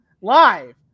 live